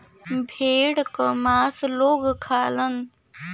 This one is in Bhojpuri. भेड़ क मांस लोग खालन